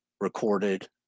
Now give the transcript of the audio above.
recorded